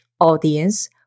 audience